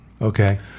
Okay